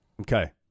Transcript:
Okay